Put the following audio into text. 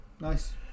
Nice